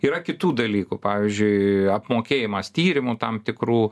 yra kitų dalykų pavyzdžiui apmokėjimas tyrimų tam tikrų